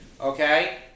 Okay